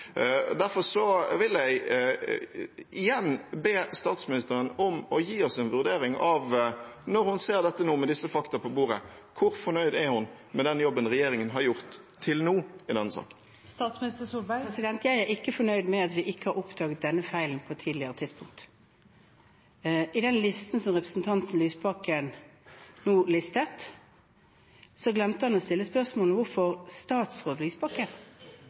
Derfor vil jeg igjen be statsministeren om å gi oss en vurdering av – når hun ser dette nå, med disse faktaene på bordet – hvor fornøyd hun er med den jobben regjeringen har gjort til nå i denne saken. Jeg er ikke fornøyd med at vi ikke har oppdaget denne feilen på et tidligere tidspunkt. I det som representanten Lysbakken nå listet opp, glemte han å stille spørsmålet om hvorfor statsråd Lysbakken